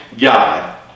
God